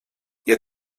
ihr